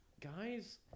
guys